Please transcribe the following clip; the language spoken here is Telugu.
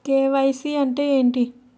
కే.వై.సీ అంటే ఏంటి?